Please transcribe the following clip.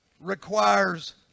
requires